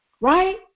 right